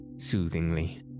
soothingly